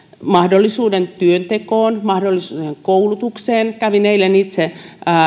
mahdollisuuden työntekoon mahdollisuuden koulutukseen kävin eilen itse